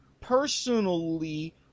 personally